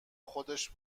خودش